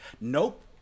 Nope